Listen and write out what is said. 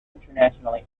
internationally